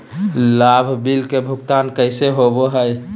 लाभ बिल के भुगतान कैसे होबो हैं?